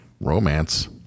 romance